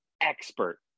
expert